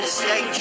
stay